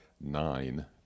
nine